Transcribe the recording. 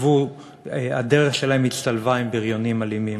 או שהדרך שלהם הצטלבה עם בריונים אלימים.